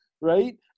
Right